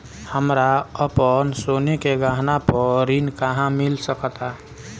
हमरा अपन सोने के गहना पर ऋण कहां मिल सकता?